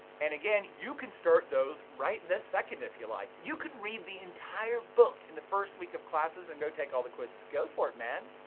and again, you can start those right this second if you like. you can read the entire book in the first week of classes and go take all the quizzes. go for it, man.